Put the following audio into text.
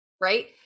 Right